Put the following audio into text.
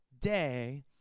day